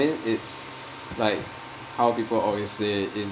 it's like how people always say in